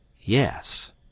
Yes